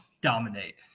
dominate